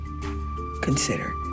Consider